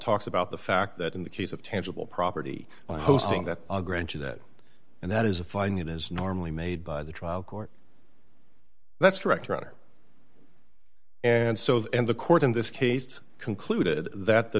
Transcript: talks about the fact that in the case of tangible property hosting that granted it and that is a fine it is normally made by the trial court that's correct roger and so and the court in this case concluded that the